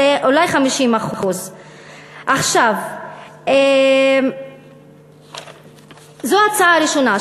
זה אולי 50%. זו הצעה ראשונה,